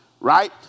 Right